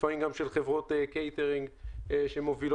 לפעמים גם של חברות קייטרינג שמובילות